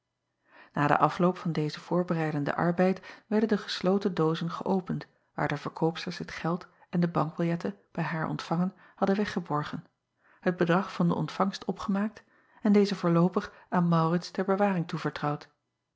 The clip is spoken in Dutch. a den afloop van dezen voorbereidenden arbeid werden de gesloten doozen geöpend waar de verkoopsters het geld en de bankbiljetten bij haar ontvangen hadden weggeborgen het bedrag van de ontvangst opgemaakt en deze voorloopig aan aurits ter bewaring toevertrouwd